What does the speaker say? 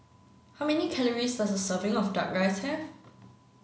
how many calories does a serving of duck rice have